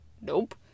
Nope